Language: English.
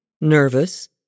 nervous